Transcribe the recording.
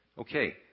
Okay